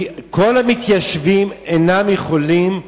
כל המתיישבים אינם יכולים,